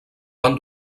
van